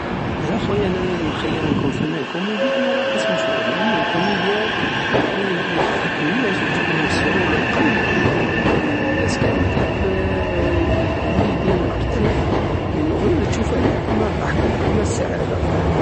اه خويا انا نخير نكون فنان كوميدي على فنان مشهور لانو الكوميديا يعني ضحك الناس وتجيبلهم السرور للقلب والناس كامل تحب يعني كوميدي محترف لانو غير تشوف هي يحكمها الضحك ويحكمها السعادة